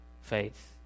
faith